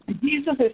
Jesus